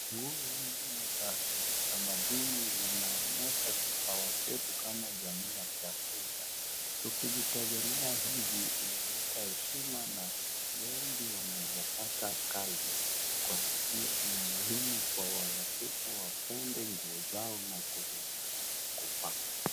Nguo hizi za kitamaduni zinaonyesha kipawa chetu kama jamii ya kiafrika. Tukijitegemea hivi inaleta heshima na wengi wanaweza kupata kazi. Kwa hivo ni muhimu kwa wafrika wapende nguo zao na kuzinunua na kuvaa.